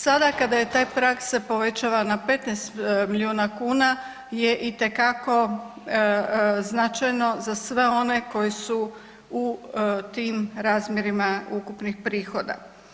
Sada kada se taj prag povećava na 15 milijuna kuna je itekako značajno za sve one koji su u tim razmjerima ukupnih prihoda.